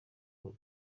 ngo